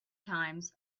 times